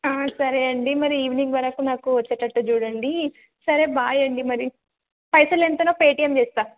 సరే అండి మరి ఈవినింగ్ వరకు నాకు వచ్చేటట్టు చూడండి సరే బాయ్ అండి మరి పైసలు ఎంతనో పేటీఎం చేస్తా